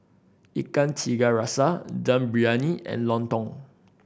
Ikan Tiga Rasa Dum Briyani and lontong